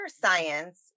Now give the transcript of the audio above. science